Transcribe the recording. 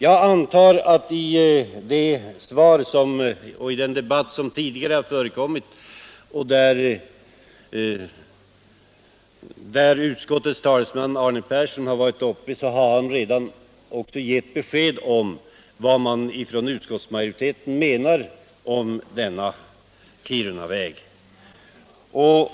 Jag antar att utskottets talesman Arne Persson i den tidigare debatten redan har gett besked om vad man från utskottsmajoriteten menar i fråga om denna Kirunaväg.